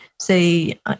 say